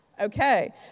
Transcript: Okay